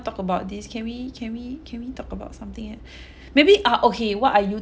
talk about this can we can we can we talk about something else maybe uh okay what are you